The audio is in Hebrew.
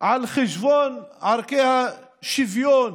על חשבון ערכי השוויון